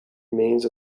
remains